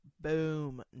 boom